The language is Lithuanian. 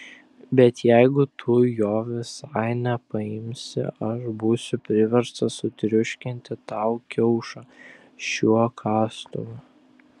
bet jeigu tu jo visai nepaimsi aš būsiu priverstas sutriuškinti tau kiaušą šiuo kastuvu